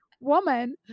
woman